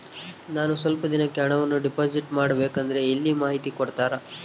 ನಾನು ಸ್ವಲ್ಪ ದಿನಕ್ಕೆ ಹಣವನ್ನು ಡಿಪಾಸಿಟ್ ಮಾಡಬೇಕಂದ್ರೆ ಎಲ್ಲಿ ಮಾಹಿತಿ ಕೊಡ್ತಾರೆ?